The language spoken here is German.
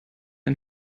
ein